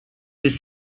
his